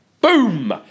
boom